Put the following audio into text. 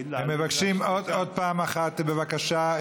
אנחנו מבקשים עוד פעם אחת בבקשה,